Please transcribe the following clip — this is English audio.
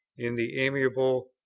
in the amiable,